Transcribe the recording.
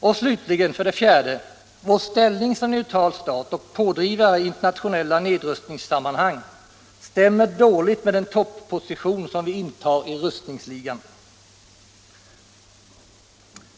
Och, slutligen, för det fjärde: Vår ställning som neutral stat och pådrivare i internationella nedrustningssammanhang stämmer dåligt med den topposition som vi intar i rustningsligan.